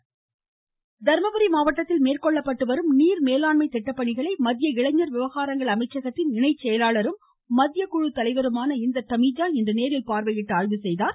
நீர் மேலாண்மை தர்மபுரி மாவட்டத்தில் மேற்கொள்ளப்பட்டு வரும் நீர் மேலாண்மை திட்டப்பணிகளை மத்திய இளைஞர் விவகாரங்கள் அமைச்சகத்தின் இணைச்செயலாளரும் மத்திய குழுதலைவருமான இந்தர் தமீஜா இன்று நேரில் பார்வையிட்டு ஆய்வு செய்தார்